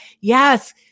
yes